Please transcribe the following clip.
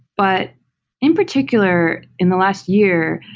but in particular in the last year,